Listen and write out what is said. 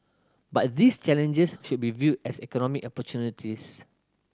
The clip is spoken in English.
but these challenges should be viewed as economic opportunities